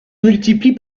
multiplie